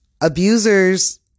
abusers